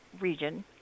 region